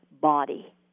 body